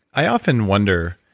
i often wonder.